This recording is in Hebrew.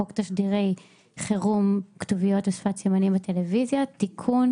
חוק תשדירי חירום (כתוביות ושפת סימנים בטלוויזיה) (תיקון